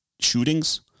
shootings